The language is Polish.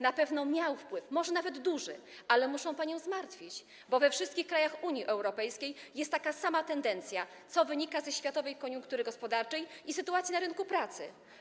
Na pewno miał na to wpływ, może nawet duży, ale muszę panią zmartwić, bo we wszystkich krajach Unii Europejskiej jest taka sama tendencja, co wynika ze światowej koniunktury gospodarczej i sytuacji na rynku pracy.